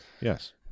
Yes